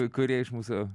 kurie iš mūsų